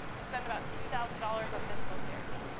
i spend about two thousand dollars on physical therapy.